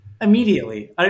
Immediately